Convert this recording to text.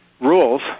rules